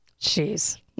Jeez